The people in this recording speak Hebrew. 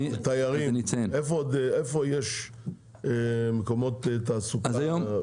תיירים, איפה יש מקומות תעסוקה?